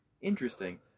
interesting